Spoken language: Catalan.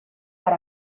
per